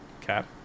Cap